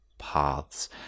paths